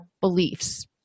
beliefs